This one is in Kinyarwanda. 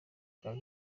ubwa